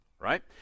right